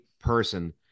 person